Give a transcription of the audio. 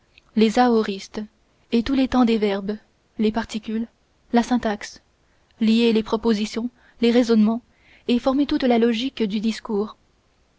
les aoristes et tous les temps des verbes les particules la syntaxe lier les propositions les raisonnements et former toute la logique du discours